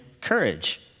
courage